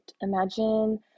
Imagine